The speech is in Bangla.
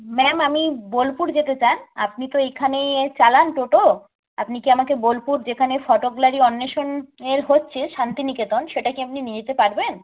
ম্যাম আমি বোলপুর যেতে চান আপনি তো এইখানে চালান টোটো আপনি কি আমাকে বোলপুর যেখানে ফটো গ্যালারি অন্বেষণ এর হচ্ছে শান্তিনিকেতন সেটা কি আপনি নিয়ে যেতে পারবেন